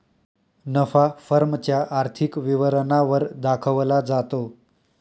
नफा फर्म च्या आर्थिक विवरणा वर दाखवला जातो